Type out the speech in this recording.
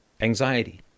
anxiety